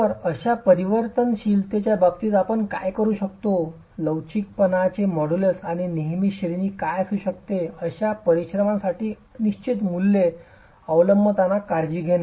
तर अशा परिवर्तनशीलतेच्या बाबतीत आपण काय करू शकता म्हणजे लवचिकपणाचे मॉड्यूलस आणि नेहमीच श्रेणी असू शकते अशा परिमाणांसाठी निश्चित मूल्ये अवलंबताना काळजी घेणे